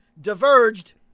Diverged